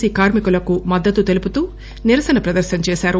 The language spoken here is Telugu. సి కార్మికులకు మద్దతు తెలుపుతూ నిరసన ప్రదర్శన చేశారు